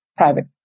Private